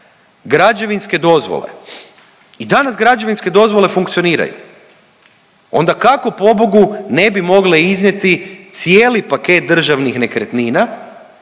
građevinske dozvole i danas građevinske dozvole funkcioniraju, onda kako pobogu ne bi mogle iznijeti cijeli paket državnih nekretnina